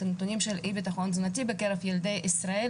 את הנתונים של אי ביטחון תזונתי בקרב ילדי ישראל,